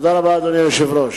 תודה רבה, אדוני היושב-ראש.